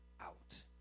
out